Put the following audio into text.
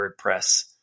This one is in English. WordPress